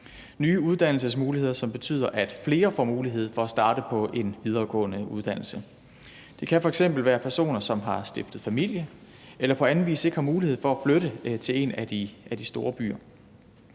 nye uddannelsesmuligheder, som betyder, at flere får mulighed for at starte på en videregående uddannelse. Det kan f.eks. være personer, som har stiftet familie eller på anden vis ikke har mulighed for at flytte til en af de store byer.